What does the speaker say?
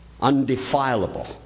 undefilable